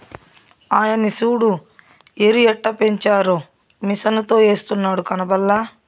ఆయన్ని సూడు ఎరుయెట్టపెంచారో మిసనుతో ఎస్తున్నాడు కనబల్లా